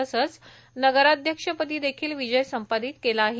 तसंच नगराध्यक्षपदी देखील विजय संपादित केला आहे